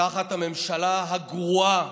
תחת הממשלה הגרועה,